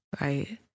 Right